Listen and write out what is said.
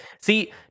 See